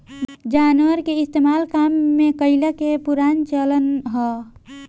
जानवर के इस्तेमाल काम में कइला के पुराना चलन हअ